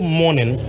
morning